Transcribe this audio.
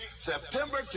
September